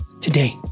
Today